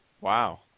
wow